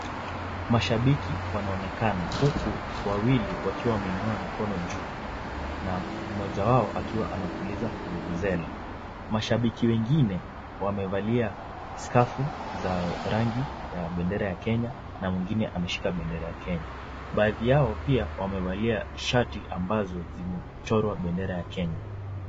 Mashabiki wanaonekana huku wawili wakiwa wameinua mikono juu na mmoja wao akiwa anapuliza vuvuzela . Mashabiki wengine wamevalia skafu za rangi ya bendera ya Kenya na mwingine ameshika bendera ya Kenya. Baadhi yao pia wamevalia shati ambazo zimechorwa bendera ya Kenya.